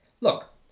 Look